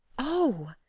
oh!